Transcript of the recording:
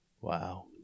Wow